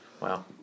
Wow